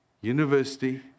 university